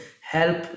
help